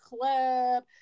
club